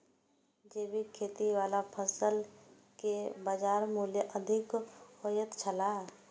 जैविक खेती वाला फसल के बाजार मूल्य अधिक होयत छला